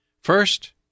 First